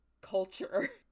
culture